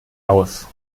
aus